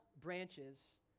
branches